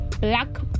black